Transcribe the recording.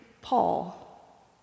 Paul